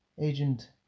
Agent